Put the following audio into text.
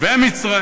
ומצרים